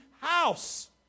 house